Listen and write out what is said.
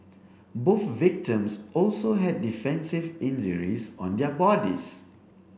both victims also had defensive injuries on their bodies